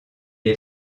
est